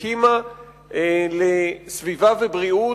הקימה לסביבה ובריאות,